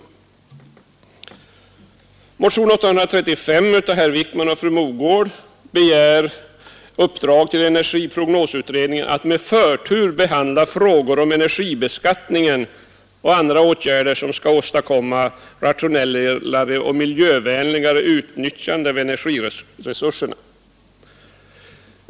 I motionen 835 av herr Wijkman och fru Mogård begärs att energiprognosutredningen får i uppdrag att med förtur behandla frågor om energibeskattningen och andra åtgärder för att åstadkomma ett rationellare och miljövänligare utnyttjande av energiresurserna.